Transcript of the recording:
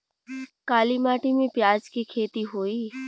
काली माटी में प्याज के खेती होई?